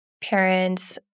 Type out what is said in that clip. parents